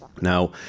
Now